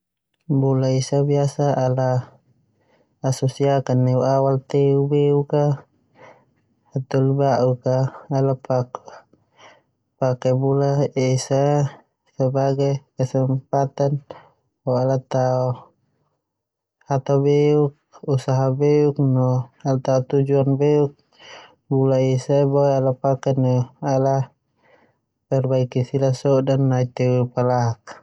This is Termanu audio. Bula esa a biasa asosiasikan neunawal teu beuk a. Hataholi ba'uk ala pake bula esa ho sebagai kesempatan untuk tao resolusi naibteu beuk hobtao tujuan beuk, bula esa ia boe ala paken koreksi sodak neme teu palak.